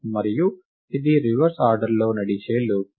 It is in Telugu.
మరియు ఇది రివర్స్ ఆర్డర్లో నడిచే లూప్